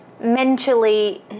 mentally